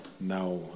Now